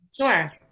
Sure